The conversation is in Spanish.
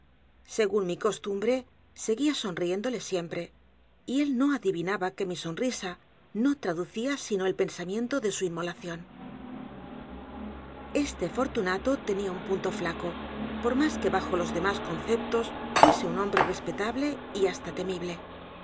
según mi costumbre seguía sonrióndole siempre y él n o adivinaba que mi sonrisa no traducía sino el pensamiento de su inmolación este fortunato tenía un punto flaco por más q u e bajo los demás conceptos fuese un h o m b r e respetable edgar poe novelas y cuentos y hasta temible